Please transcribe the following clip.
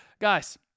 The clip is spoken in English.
guys